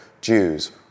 Jews